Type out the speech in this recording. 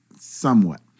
somewhat